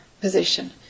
position